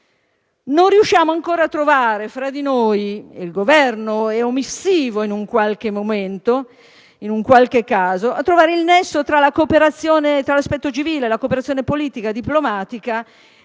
non riusciamo ancora a trovare fra noi - il Governo è omissivo in qualche momento e in qualche caso - il nesso fra l'aspetto civile, la cooperazione politica e diplomatica e anche